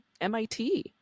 MIT